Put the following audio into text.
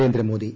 Narendra Modi